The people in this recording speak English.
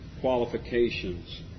qualifications